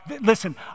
listen